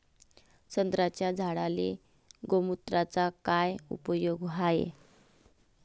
संत्र्याच्या झाडांले गोमूत्राचा काय उपयोग हाये?